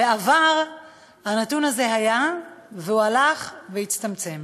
בעבר הנתון הזה היה, והוא הלך והצטמצם